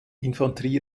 infanterie